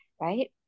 right